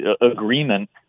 agreement